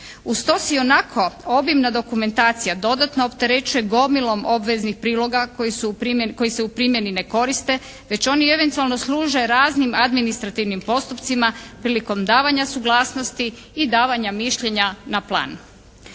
Uz to si ionako obimna dokumentacija dodatno opterećuje gomilom obveznih priloga koji se u primjeni ne koriste već oni eventualno služe raznim administrativnim postupcima prilikom davanja suglasnosti i davanja mišljenja na plan.